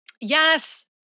Yes